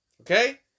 Okay